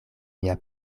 mia